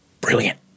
brilliant